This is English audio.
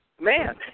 man